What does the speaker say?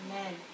Amen